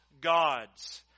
gods